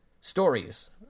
stories